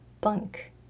bunk